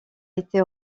été